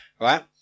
right